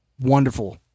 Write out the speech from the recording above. Wonderful